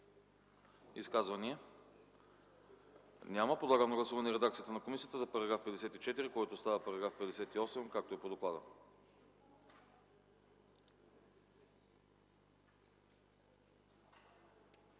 Изказвания? Няма. Подлагам на гласуване редакцията на комисията за § 65, който става § 83, както е по доклад.